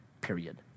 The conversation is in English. period